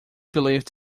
believed